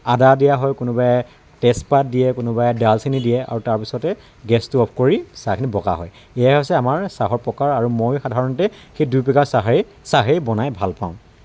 আদা দিয়া হয় কোনোবাই তেজপাত দিয়ে কোনোবাই দালচেনি দিয়ে আৰু তাৰপিছতে গেছটো অফ কৰি চাহখিনি বকা হয় এয়াই হৈছে আমাৰ চাহৰ প্ৰকাৰ আৰু মইও সাধাৰণতে সেই দুই প্ৰকাৰৰ চাহেই চাহেই বনাই ভালপাওঁ